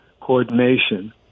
coordination